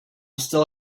still